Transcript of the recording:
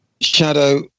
shadow